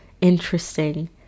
interesting